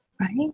Right